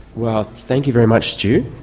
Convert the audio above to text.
well thank you very much stu.